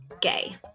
gay